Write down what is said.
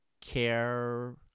care